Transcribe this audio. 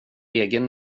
egen